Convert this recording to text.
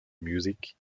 music